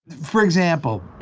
for example,